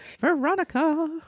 Veronica